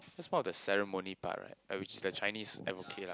that's part of the ceremony part right like which is the Chinese advocate lah